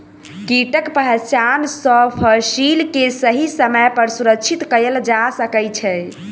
कीटक पहचान सॅ फसिल के सही समय पर सुरक्षित कयल जा सकै छै